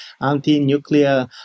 anti-nuclear